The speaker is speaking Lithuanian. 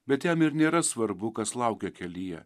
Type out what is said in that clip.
bet jam ir nėra svarbu kas laukia kelyje